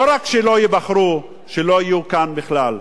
לא רק שלא ייבחרו, שלא יהיו כאן בכלל.